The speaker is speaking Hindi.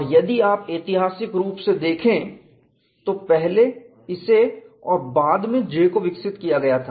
और यदि आप ऐतिहासिक रूप से देखें तो पहले इसे और बाद में J को विकसित किया गया था